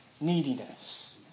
neediness